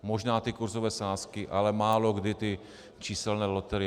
Možná ty kursové sázky, ale málokdy ty číselné loterie.